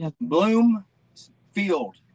Bloomfield